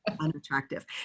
Unattractive